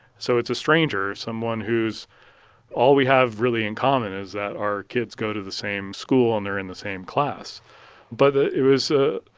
so it's a stranger, someone who's all we have, really, in common is that our kids go to the same school and they're in the same class but it it was a